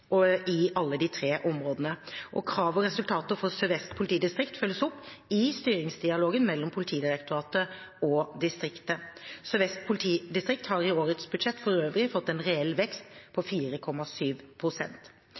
i alle de tre områdene. Krav og resultater for Sør-Vest politidistrikt følges opp i styringsdialogen mellom Politidirektoratet og distriktet. Sør-Vest politidistrikt har i årets budsjett for øvrig fått en reell vekst